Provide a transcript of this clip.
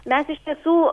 mes iš tiesų